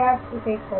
i